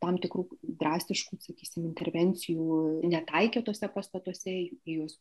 tam tikrų drastiškų sakysim intervencijų netaikė tuose pastatuose juos